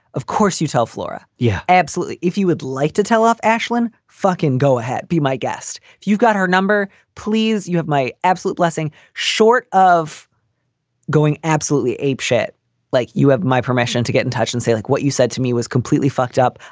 of course you tell flora. yeah, absolutely. if you would like to tell off ashlynne fucking. go ahead. be my guest. if you've got her number, please, you have my absolute blessing. short of going absolutely apeshit like you have my permission to get in touch and say like what you said to me was completely fucked up.